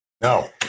No